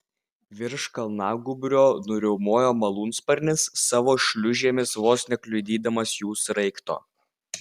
virš kalnagūbrio nuriaumojo malūnsparnis savo šliūžėmis vos nekliudydamas jų sraigto